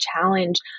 challenge